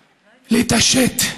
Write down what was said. להתעשת,